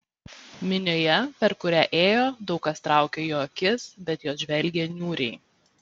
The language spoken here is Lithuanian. minioje per kurią ėjo daug kas traukė jo akis bet jos žvelgė niūriai